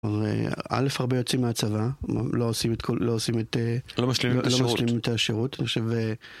א. הרבה יוצאים מהצבא, לא משלימים את השירות